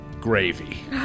Gravy